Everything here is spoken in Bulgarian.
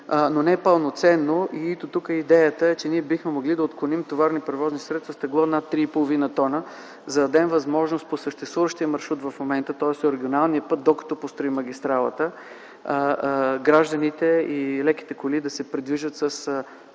но не пълноценно. Тук идеята е, че ние бихме могли да отклоним товарни превозни средства с тегло над 3,5 тона, за да дадем възможност по съществуващия маршрут в момента, тоест по регионалния път, докато построим магистралата, гражданите с леки коли да се придвижват с